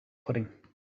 pudding